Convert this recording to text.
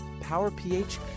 Power-PH